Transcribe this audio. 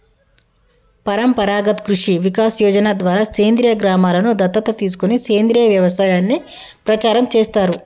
పరంపరాగత్ కృషి వికాస్ యోజన ద్వారా సేంద్రీయ గ్రామలను దత్తత తీసుకొని సేంద్రీయ వ్యవసాయాన్ని ప్రచారం చేస్తారు